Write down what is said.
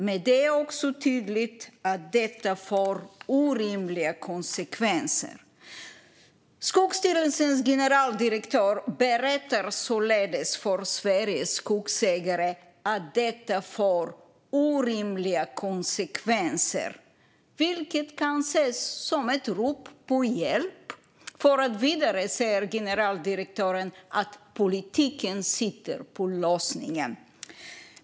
Men det är också tydligt att detta får orimliga konsekvenser. Skogsstyrelsens generaldirektör berättar således för Sveriges skogsägare att detta får orimliga konsekvenser. Detta kan ses som ett rop på hjälp, eftersom generaldirektören vidare säger att politiken sitter på lösningen.